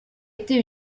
été